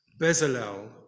Bezalel